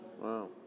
Wow